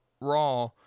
Raw